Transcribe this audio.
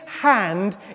hand